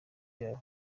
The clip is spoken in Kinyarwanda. yabo